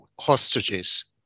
hostages